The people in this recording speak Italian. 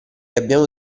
abbiamo